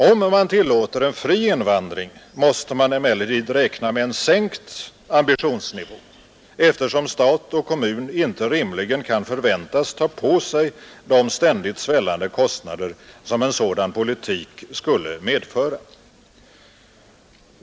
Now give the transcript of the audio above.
Om man tillåter en fri invandring måste man emellertid räkna med en sänkt ambitionsnivå, eftersom stat och kommun inte rimligen kan förväntas ta på sig de ständigt svällande kostnader som en sådan politik skulle medföra.